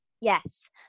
Yes